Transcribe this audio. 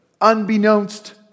unbeknownst